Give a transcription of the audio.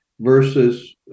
versus